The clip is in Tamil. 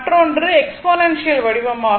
மற்றொன்று எக்ஸ்பொனென்ஷியல் வடிவம் ஆகும்